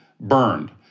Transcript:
burned